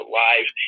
live